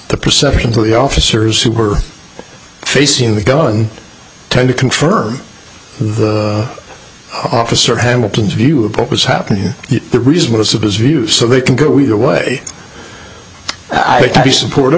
the perceptions of the officers who were facing the gun tend to confirm the officer hamilton's view of what was happening the results of his view so they can go either way i can be support